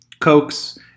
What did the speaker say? Cokes